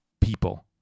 people